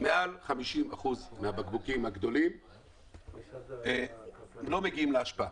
מעל 50% מהבקבוקים הגדולים לא מגיעים לאשפה,